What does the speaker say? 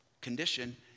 Condition